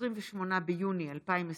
28 ביוני 2021,